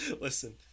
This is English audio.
listen